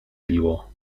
biło